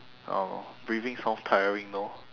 I don't know breathing sounds tiring no